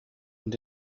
und